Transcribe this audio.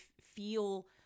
feel